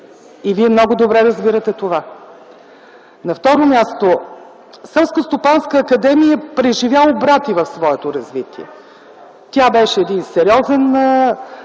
И вие много добре разбирате това. На второ място, Селскостопанска академия преживя обрати в своето развитие. Тя беше една сериозна